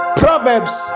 proverbs